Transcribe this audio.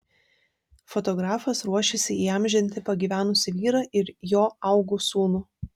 fotografas ruošiasi įamžinti pagyvenusį vyrą ir jo augų sūnų